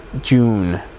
June